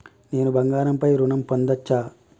నేను బంగారం పై ఋణం పొందచ్చా?